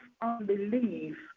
unbelief